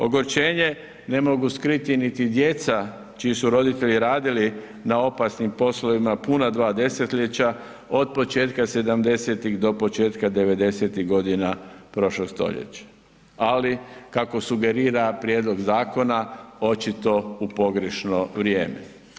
Ogorčenje ne mogu skriti niti djeca čiji su roditelji radili na opasnim poslovima puna dva desetljeća od početka '70. do početka '90. godina prošlog stoljeća, ali kako sugerira prijedlog zakona očito u pogrešno vrijeme.